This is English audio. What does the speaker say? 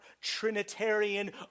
Trinitarian